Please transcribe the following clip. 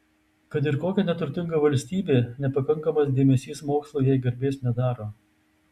kad ir kokia neturtinga valstybė nepakankamas dėmesys mokslui jai garbės nedaro